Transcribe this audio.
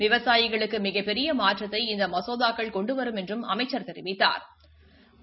விவசாயிகளுக்கு மிகப்பெரிய மாற்றத்தை இந்த மசோதாக்கள் கொண்டு வரும் என்றும் அமைச்சர் தெரிவித்தாா்